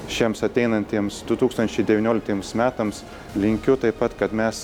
šiems ateinantiems du tūkstančiai devynioliktiems metams linkiu taip pat kad mes